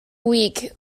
weak